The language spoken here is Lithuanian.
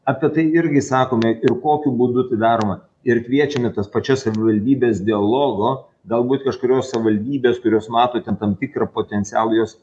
apie tai irgi sakome ir kokiu būdu tai daroma ir kviečiame tas pačias savivaldybes dialogo galbūt kažkurios savivaldybės kurios matote tam tikrą potencialą jos